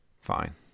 fine